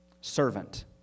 Servant